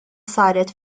saret